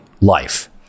life